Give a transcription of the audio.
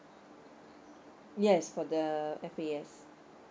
yes for the F_A_S